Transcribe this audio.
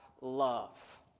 love